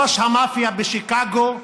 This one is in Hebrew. ראש המאפיה בשיקגו,